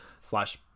slash